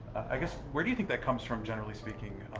i guess, where do you think that comes from, generally speaking,